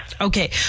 Okay